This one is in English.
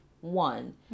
one